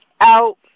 out